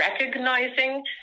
recognizing